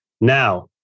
Now